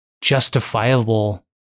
justifiable